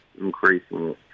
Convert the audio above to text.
increasing